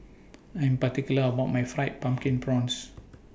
I Am particular about My Fried Pumpkin Prawns